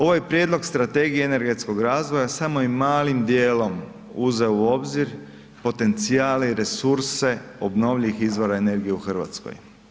Ovaj Prijedlog Strategije energetskog razvoja samo je malim dijelom uzeo u obzir potencijale i resurse obnovljivih izvora energije u Hrvatskoj.